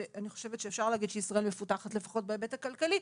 למרות שאפשר להגיד שישראל מפותחת לפחות בהיבט הכלכלי,